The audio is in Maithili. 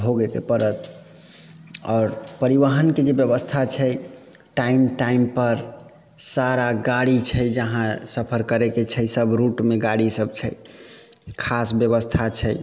भोगेके पड़त आओर परिवहनके जे व्यवस्था छै टाइम टाइमपर सारा गाड़ी छै जहाँ सफर करैके छै सभ रूटमे गाड़ी सभ छै खास व्यवस्था छै